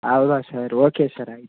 ಹೌದಾ sir okay sir ಆಯಿತು